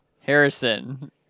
Harrison